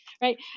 right